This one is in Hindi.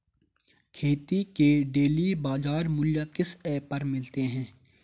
खेती के डेली बाज़ार मूल्य किस ऐप पर मिलते हैं?